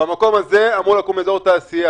במקום הזה אמרו לקום אזור תעשייה.